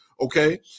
okay